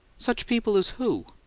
such people as who?